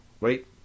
Wait